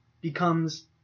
becomes